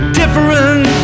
different